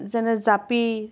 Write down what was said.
যেনে জাপি